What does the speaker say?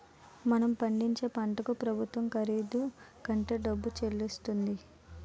మనం పండించే పంటకు ప్రభుత్వం ఖరీదు కట్టే డబ్బు చెల్లిస్తుంది